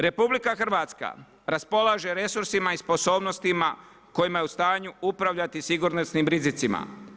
RH raspolaže resursima i sposobnostima koji ima u stanju upravljati sigurnosnim rizicima.